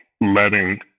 letting